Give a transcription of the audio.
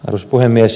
arvoisa puhemies